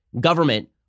government